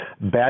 bad